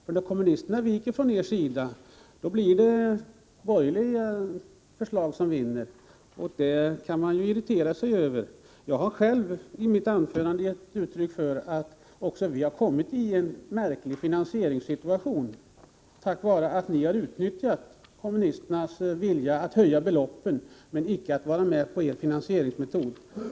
När kommunisterna viker från er sida, blir det borgerliga förslag som vinner, och detta kan ju skapa irritation. Jag har själv i mitt anförande givit uttryck för att vi kommit i en märklig finansieringssituation på grund av att ni utnyttjat kommunisternas vilja att höja beloppen, medan de icke vill vara med på er finansieringsmetod.